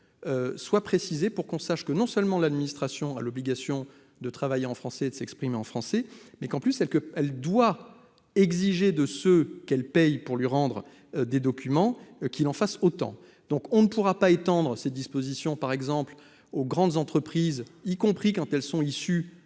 soit précisé pour qu'on sache que non seulement l'administration a l'obligation de travailler en français de s'exprimer en français, mais qu'en plus elle que, elle doit exiger de ce qu'elle paye pour lui rendre des documents qu'il en fasse autant, donc on ne pourra pas étendre ces dispositions par exemple aux grandes entreprises, y compris quand elles sont issues